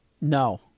No